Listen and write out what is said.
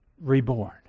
reborn